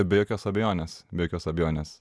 be jokios abejonės be jokios abejonės